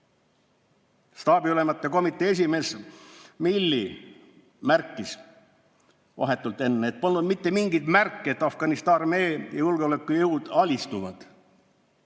staabiülemate komitee esimees Milley märkis vahetult enne, et polnud mitte mingeid märke, et Afganistani armee ja julgeolekujõud alistuvad.